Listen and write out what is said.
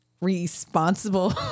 responsible